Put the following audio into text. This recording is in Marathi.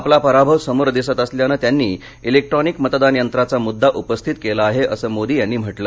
आपला पराभव समोर दिसत असल्यानं त्यांनी इलेक्ट्रॉनिक मतदान यंत्राचा मुद्दा उपस्थित केला आहे असं मोदी यांनी म्हटलं